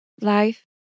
life